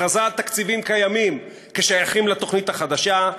הכרזה על תקציבים קיימים כשייכים לתוכנית החדשה,